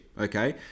okay